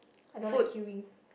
I don't like queueing